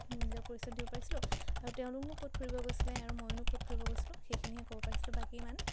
নিজৰ পৰিচয়টো দিব পাৰিছিলোঁ আৰু তেওঁলোকো ক'ত ফুৰিব গৈছিলে আৰু ময়োনো ক'ত ফুৰিব গৈছিলোঁ সেইখিনিহে ক'ব পাৰিছিলোঁ বাকী ইমান